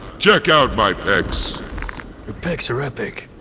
check out my pecs. your pecs are epic.